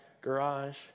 garage